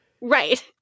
Right